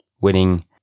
winning